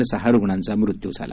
काल सहा रुग्णांचा मृत्यू झाला